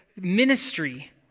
ministry